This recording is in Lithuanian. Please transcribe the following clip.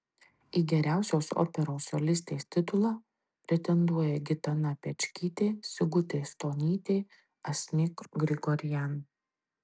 į geriausios operos solistės titulą pretenduoja gitana pečkytė sigutė stonytė asmik grigorian